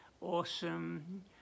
awesome